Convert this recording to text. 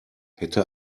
hätte